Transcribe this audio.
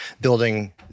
building